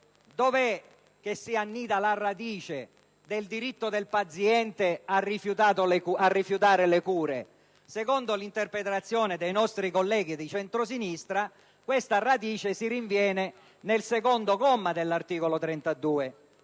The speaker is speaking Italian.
Dove si annida la radice del diritto del paziente a rifiutare le cure? Secondo l'interpretazione dei nostri colleghi di centrosinistra, questa radice si rinviene nel secondo comma dell'articolo 32: